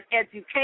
education